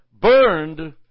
burned